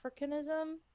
africanism